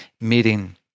meeting